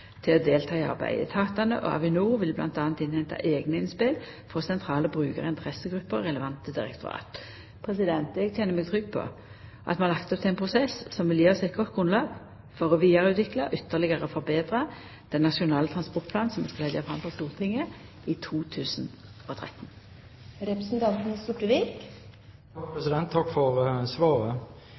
til å delta i arbeidet. Etatane og Avinor vil m.a. innhenta eigne innspel frå sentrale brukar- og interessegrupper og relevante direktorat. Eg kjenner meg trygg på at vi har lagt opp til ein prosess som vil gje oss eit godt grunnlag for å vidareutvikla og ytterlegare forbetra den nasjonale transportplanen som vi skal leggja fram for Stortinget i 2013. Takk for svaret.